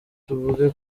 tuvuge